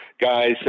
guys